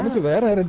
ah nevada, and and